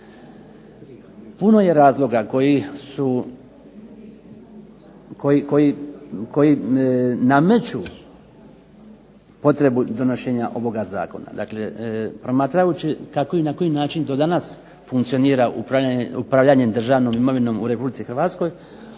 Puno je razloga koji nameću potrebu donošenja ovoga zakona. Dakle, promatrajući kako i na koji način do danas funkcionira upravljanje državnom imovinom u RH jasno